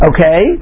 Okay